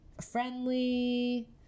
friendly